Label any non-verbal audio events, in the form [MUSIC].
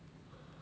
[NOISE]